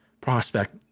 prospect